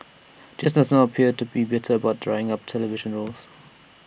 just does not appear to be bitter about drying up of television roles